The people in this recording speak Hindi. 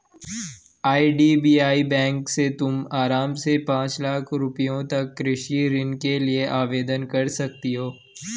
आई.डी.बी.आई बैंक से तुम आराम से पाँच लाख रुपयों तक के कृषि ऋण के लिए आवेदन कर सकती हो